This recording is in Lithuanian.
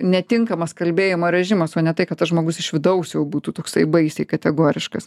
netinkamas kalbėjimo režimas o ne tai kad tas žmogus iš vidaus jau būtų toksai baisiai kategoriškas